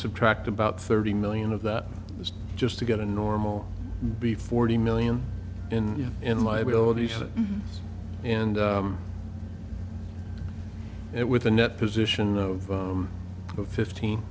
subtract about thirty million of that is just to get a normal b forty million in in liabilities and it with a net position of fifteen